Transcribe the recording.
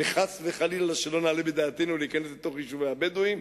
וחס וחלילה שלא נעלה בדעתנו להיכנס לתוך יישובי הבדואים.